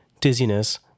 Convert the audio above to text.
dizziness